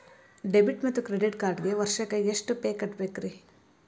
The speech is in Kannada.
ಡೆಬಿಟ್ ಮತ್ತು ಕ್ರೆಡಿಟ್ ಕಾರ್ಡ್ಗೆ ವರ್ಷಕ್ಕ ಎಷ್ಟ ಫೇ ಕಟ್ಟಬೇಕ್ರಿ?